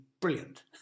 brilliant